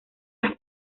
las